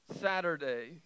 Saturday